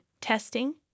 testing